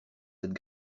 cette